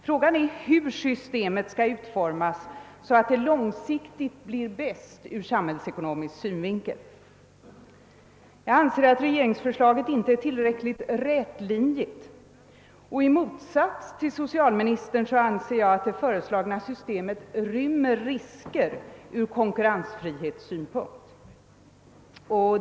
Frågan är hur systemet skall utformas för att på lång sikt bli bäst ur samhällsekonomisk synvinkel. Jag anser att regeringsförslaget inte är tillräckligt rätlinjigt, och i motsats till socialministern anser jag att det föreslagna systemet rymmer risker från konkurrensfrihetssynpunkt.